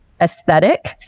aesthetic